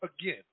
again